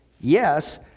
yes